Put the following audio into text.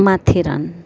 Matheran